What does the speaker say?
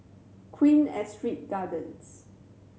Queen Astrid Gardens